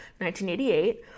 1988